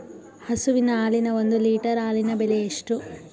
ಹಸುವಿನ ಹಾಲಿನ ಒಂದು ಲೀಟರ್ ಹಾಲಿನ ಬೆಲೆ ಎಷ್ಟು?